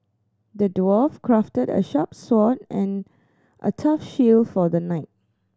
the dwarf crafted a sharp sword and a tough shield for the knight